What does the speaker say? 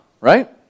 Right